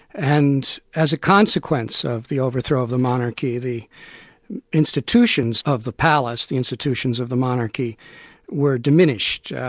and as a consequence of the overthrow of the monarchy the institutions of the palace, the institutions of the monarchy were diminished.